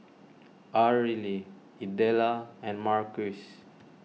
Arely Idella and Marquis